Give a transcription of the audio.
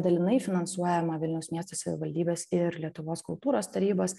dalinai finansuojama vilniaus miesto savivaldybės ir lietuvos kultūros tarybos